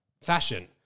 fashion